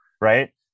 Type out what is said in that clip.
right